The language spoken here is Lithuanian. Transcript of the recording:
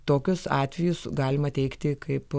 tokius atvejus galima teigti kaip